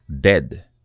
dead